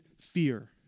fear